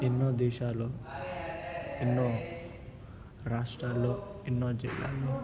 ఎన్నో దేశాలలో ఎన్నో రాష్ట్రాలలో ఎన్నో జిల్లాలలో